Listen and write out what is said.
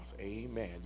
amen